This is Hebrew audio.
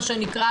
מה שנקרא,